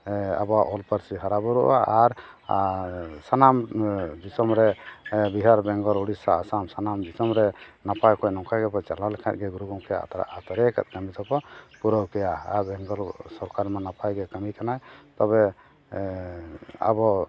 ᱟᱵᱚᱣᱟᱜ ᱚᱞ ᱯᱟᱹᱨᱥᱤ ᱦᱟᱨᱟᱵᱩᱨᱩᱜᱼᱟ ᱟᱨ ᱟᱨ ᱥᱟᱱᱟᱢ ᱫᱤᱥᱚᱢᱨᱮ ᱵᱤᱦᱟᱨ ᱵᱮᱝᱜᱚᱞ ᱩᱲᱤᱥᱥᱟ ᱟᱥᱟᱢ ᱥᱟᱱᱟᱢ ᱫᱤᱥᱚᱢᱨᱮ ᱱᱟᱯᱟᱭ ᱚᱠᱚᱡ ᱱᱚᱝᱠᱟ ᱜᱮᱵᱚᱱ ᱪᱟᱞᱟᱣ ᱞᱮᱠᱷᱟᱱ ᱜᱮ ᱜᱩᱨᱩ ᱜᱚᱢᱠᱮᱭᱟᱜ ᱟᱛᱨᱟᱼᱟᱛᱨᱮ ᱟᱠᱟᱫ ᱠᱟᱹᱢᱤᱫᱚᱵᱚ ᱯᱩᱨᱟᱹᱣ ᱠᱮᱭᱟ ᱟᱨ ᱵᱮᱝᱜᱚᱞ ᱥᱚᱨᱠᱟᱨᱢᱟ ᱱᱟᱯᱟᱭᱜᱮ ᱠᱟᱹᱢᱤ ᱠᱟᱱᱟᱭ ᱛᱚᱵᱮ ᱟᱵᱚ